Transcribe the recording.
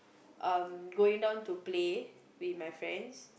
um going down to play with my friends